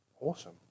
awesome